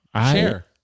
Share